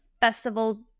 Festival